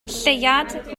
lleuad